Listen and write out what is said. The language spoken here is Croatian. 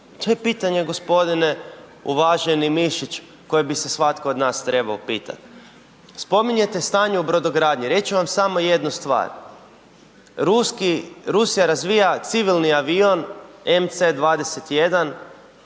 To je pitanje g. uvaženi Mišić koje bi se svatko od nas trebao pitat. Spominjete stanje u brodogradnji, reći ću vam samo jednu stvar, Rusija razvija civilni avion MC-21